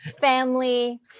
family